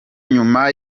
nyuma